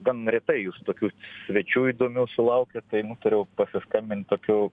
gan retai jūs tokių svečių įdomių sulaukiat tai nutariau pasiskambint tokiu